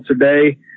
today